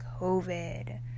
COVID